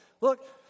look